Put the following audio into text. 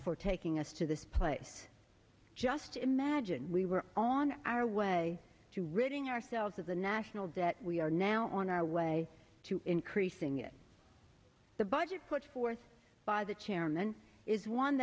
for taking us to this place just imagine we were on our way to ridding ourselves of the national debt we are now on our way to increasing it the budget put forth by the chairman is one